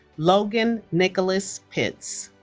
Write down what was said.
logan nicholas pitts